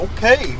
Okay